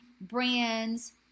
brands